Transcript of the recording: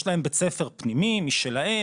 יש להם בית ספר פנימי משלהם,